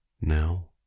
Now